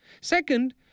Second